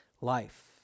life